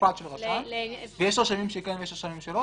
מוחלט של רשם ויש רשמים שכן ויש רשמים שלא,